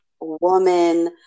woman